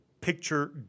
picture